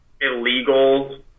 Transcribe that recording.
illegal